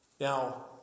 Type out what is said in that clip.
Now